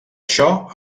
això